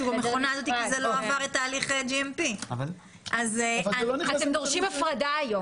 במכונה הזאת כי היא לא עברה תהליך GMP. היום אתם דורשים הפרדה,